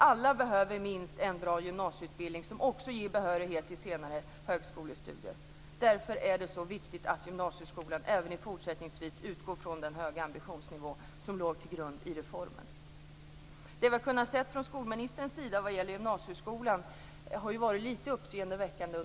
Alla behöver minst en bra gymnasieutbildning som också ger behörighet till senare högskolestudier. Därför är det så viktigt att gymnasieskolan även fortsättningsvis utgår från den höga ambitionsnivå som låg till grund för reformen. Det vi under hösten kunnat se från skolministerns sida vad gäller gymnasieskolan har varit lite uppseendeväckande.